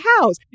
house